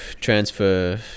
transfer